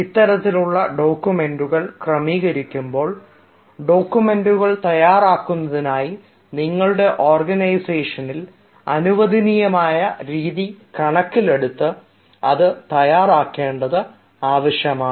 ഇത്തരത്തിലുള്ള ഡോക്യുമെൻറ്റുകൾ ക്രമീകരിക്കുമ്പോൾ ഡോക്യുമെൻറ്റുകൾ തയ്യാറാക്കുന്നതിനായി നിങ്ങളുടെ ഓർഗനൈസേഷനിൽ അനുവദനീയമായ രീതികൾ കണക്കിലെടുത്ത് അത് തയ്യാറാക്കേണ്ടത് ആവശ്യമാണ്